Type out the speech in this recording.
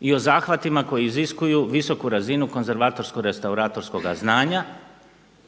i o zahvatima koji iziskuju visoku razinu konzervatorsko-restauratorskoga znanja.